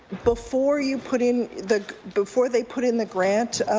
before you put in the before they put in the grant